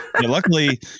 Luckily